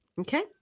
Okay